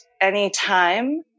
anytime